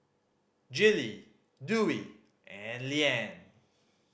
Gillie Dewey and Leann